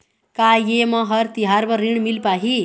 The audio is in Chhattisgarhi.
का ये म हर तिहार बर ऋण मिल पाही?